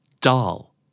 Doll